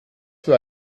für